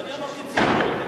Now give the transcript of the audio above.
אז אני אמרתי ציונות.